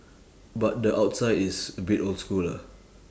but the outside is a bit old school lah